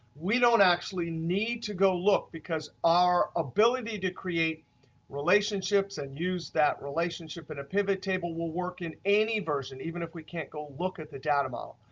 we don't actually need to go look because our ability to create relationships and use that relationship in a pivot table will work in any version, even if we can't go look at the data model.